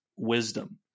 Wisdom